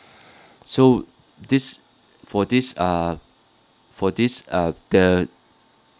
so this for this uh for this uh the